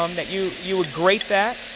um that you you great that,